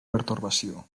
pertorbació